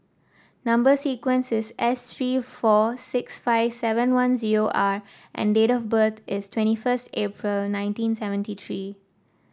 number sequence is S three four six five seven one zero R and date of birth is twenty first April nineteen seventy three